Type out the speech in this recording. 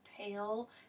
pale